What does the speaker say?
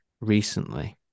recently